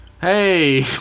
Hey